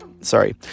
sorry